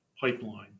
pipeline